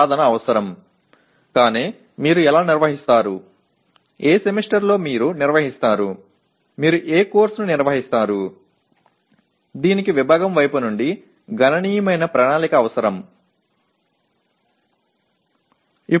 ஆனால் நீங்கள் எவ்வாறு ஒழுங்கமைக்கிறீர்கள் எந்த செமஸ்டரில் நீங்கள் ஏற்பாடு செய்கிறீர்கள் எந்த பாடத்திட்டத்தை ஏற்பாடு செய்கிறீர்கள் என்பதற்கு இதற்கு துறையின் கணிசமான திட்டமிடல் தேவைப்படுகிறது